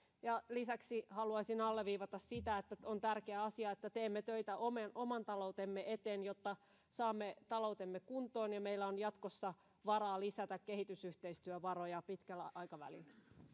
lisäksi haluaisin alleviivata sitä että on tärkeä asia että teemme töitä oman oman taloutemme eteen jotta saamme taloutemme kuntoon ja meillä on jatkossa varaa lisätä kehitysyhteistyövaroja pitkällä aikavälillä